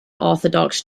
orthodox